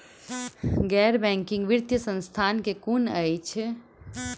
गैर बैंकिंग वित्तीय संस्था केँ कुन अछि?